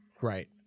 Right